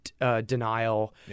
Denial